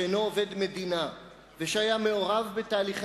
שאינו עובד מדינה והיה מעורב בתהליכי